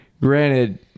granted